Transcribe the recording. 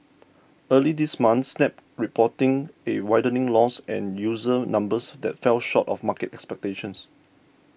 early this month Snap reporting a widening loss and user numbers that fell short of market expectations